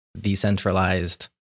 decentralized